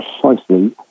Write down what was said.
precisely